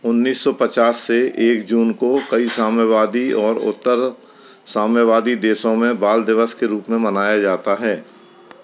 उन्नीस सौ पचास से एक जून को कई साम्यवादी और उत्तर साम्यवादी देशों में बाल दिवस के रूप में मनाया जाता है